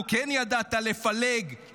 או כן ידעת לפלג,